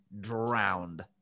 drowned